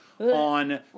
on